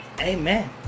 Amen